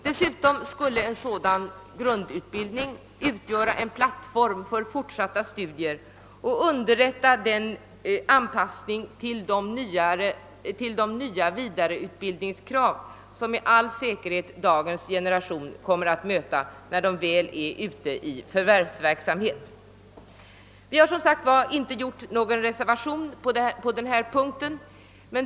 Dessutom skulle en sådan grundutbildnihg utgöra en plattform för fortsåtta studier och underlätta den anpassning till de nya vidareutbildningskrav som med all säkerhet dagens generation kommer att möta, när den väl är ute i förvärvsverksamhet. Vi har som sagt inte avlämnat någon reservation på denna punkt.